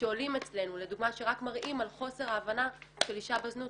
שעולים אצלנו לדוגמה שרק מראים על חוסר ההבנה של אישה בזנות,